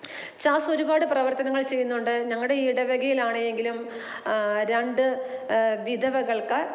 ചാസ്സോരുപാട് പ്രവർത്തനങ്ങൾ ചെയ്യുന്നുണ്ട് ഞങ്ങളുടെ ഇടവകയിലാണ് എങ്കിലും രണ്ട് വിധവകൾക്ക്